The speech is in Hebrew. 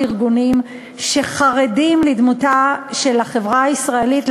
ארגונים שחרדים לדמותה של החברה הישראלית,